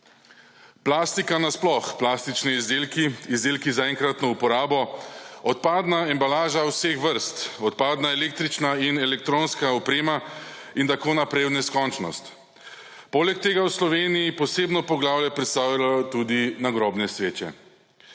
Plastika, sploh plastični izdelki, izdelki za enkratno uporabo, odpadna embalaža vseh vrst, odpadna električna in elektronska oprema in tako naprej v neskončnost. Poleg tega v Sloveniji posebno poglavje predstavljajo tudi nagrobne sveče.